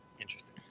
Interesting